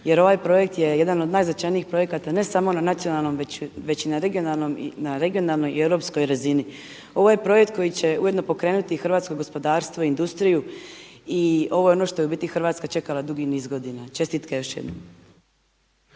jer ovaj projekt je jedan od najznačajnijih projekata ne samo na nacionalnom već i na regionalnoj i europskoj razini. Ovo je projekt koji će ujedno pokrenuti hrvatsko gospodarstvo i industriju i ovo je ono što je u biti Hrvatska čekala dugi niz godina. Čestitke još jednom.